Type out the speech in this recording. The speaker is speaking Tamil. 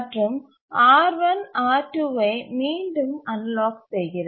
மற்றும் R1 R2 ஐ மீண்டும் அன்லாக் செய்கிறது